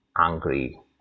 angry